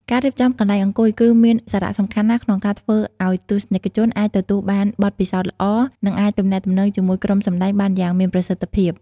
ការរៀបចំកន្លែងអង្គុយ គឺមានសារៈសំខាន់ណាស់ក្នុងការធ្វើឲ្យទស្សនិកជនអាចទទួលបានបទពិសោធន៍ល្អ និងអាចទំនាក់ទំនងជាមួយក្រុមសម្តែងបានយ៉ាងមានប្រសិទ្ធភាព។